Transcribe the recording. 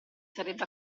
sarebbe